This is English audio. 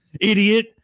idiot